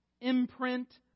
imprint